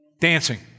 dancing